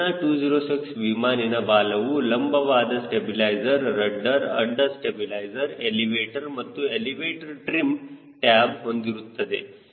Cessna 206 ವಿಮಾನಿನ ಬಾಲವು ಲಂಬವಾದ ಸ್ಟಬಿಲೈಜರ್ ರಡ್ಡರ್ ಅಡ್ಡ ಸ್ಟಬಿಲೈಜರ್ ಎಲಿವೇಟರ್ ಮತ್ತು ಎಲಿವೇಟರ್ ಟ್ರಿಮ್ ಟ್ಯಾಬ್ ಹೊಂದಿರುತ್ತದೆ